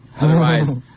otherwise